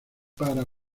para